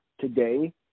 today